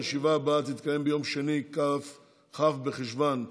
הישיבה הבאה תתקיים ביום שני, כ"ו בחשוון התש"ף,